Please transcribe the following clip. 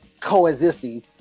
coexisting